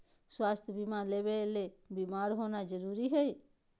स्वास्थ्य बीमा लेबे ले बीमार होना जरूरी हय?